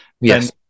yes